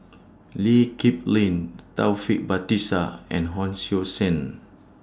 Lee Kip Lin Taufik Batisah and Hon Sui Sen